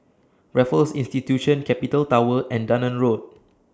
Raffles Institution Capital Tower and Dunearn Road